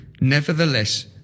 Nevertheless